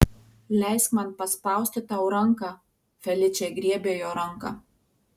leisk man paspausti tau ranką feličė griebė jo ranką